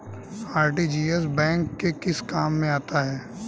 RTGS bank के किस काम में आता है?